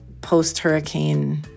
post-hurricane